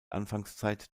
anfangszeit